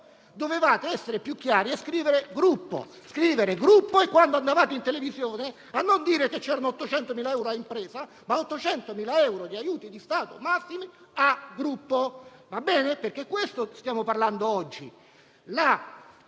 dovevate essere più chiari e scrivere «gruppo» e, quando andavate in televisione, non dovevate dire che ci sono 800.000 euro a impresa, ma 800.000 euro di aiuti di Stato massimi per gruppo.